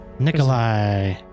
Nikolai